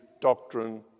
doctrine